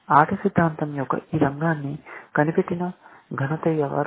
ఆట సిద్ధాంతం యొక్క ఈ రంగాన్ని కనిపెట్టిన ఘనత ఎవరు